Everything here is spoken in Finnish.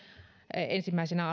ensimmäisenä